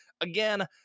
Again